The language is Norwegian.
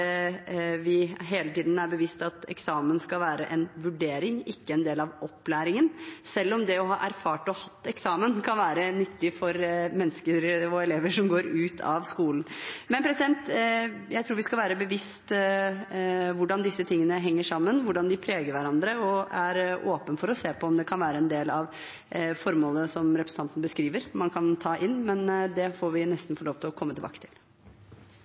vi hele tiden er bevisst at eksamen skal være en vurdering, ikke en del av opplæringen, selv om det å ha erfart og hatt eksamen kan være nyttig for mennesker og elever som går ut av skolen. Jeg tror vi skal være bevisst hvordan disse tingene henger sammen, hvordan de preger hverandre, og jeg er åpen for å se på om det kan være en del av formålene som representanten beskriver at man kan ta inn. Men det får vi nesten få lov til å komme tilbake til.